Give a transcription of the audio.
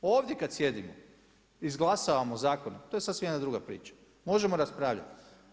Ovdje kad sjedimo, izglasavamo zakone, to je sasvim jedna druga priča, možemo raspravljati.